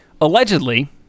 allegedly